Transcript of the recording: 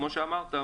כמו שאמרת,